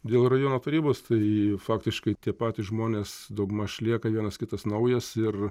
dėl rajono tarybos tai faktiškai tie patys žmonės daugmaž lieka vienas kitas naujas ir